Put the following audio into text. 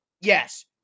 yes